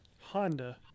Honda